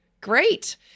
Great